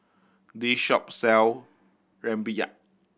this shop sell rempeyek